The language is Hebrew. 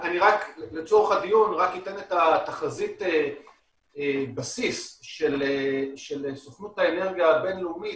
אני רק לצורך הדיון אתן את תחזית הבסיס של סוכנות האנרגיה הבינלאומית.